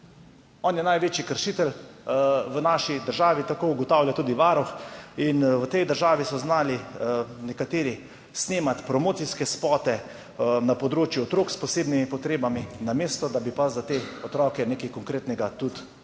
On je največji kršitelj v naši državi, tako ugotavlja tudi Varuh. V tej državi so znali nekateri snemati promocijske spote na področju otrok s posebnimi potrebami, namesto da bi pa za te otroke nekaj konkretnega tudi naredili.